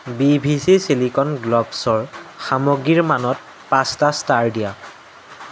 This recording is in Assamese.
বি ভি চি ছিলিকন গ্লভছৰ সামগ্ৰীৰ মানত পাঁচটা ষ্টাৰ দিয়া